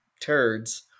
turds